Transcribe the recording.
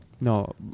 No